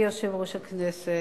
אדוני יושב-ראש הכנסת,